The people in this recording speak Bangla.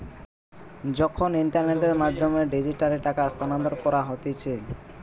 যখন ইন্টারনেটের মাধ্যমে ডিজিটালি টাকা স্থানান্তর করা হতিছে